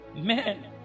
Men